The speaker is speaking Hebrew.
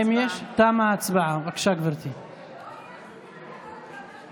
ישראל התבשר ברגע זה שהדבר הכי דחוף,